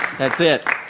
that's it.